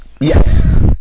Yes